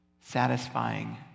satisfying